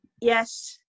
yes